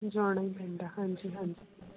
ਜਾਣਾ ਹੀ ਪੈਂਦਾ ਹਾਂਜੀ ਹਾਂਜੀ